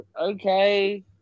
okay